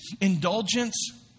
indulgence